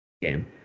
game